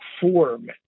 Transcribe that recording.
form